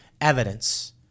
evidence